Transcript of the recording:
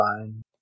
fine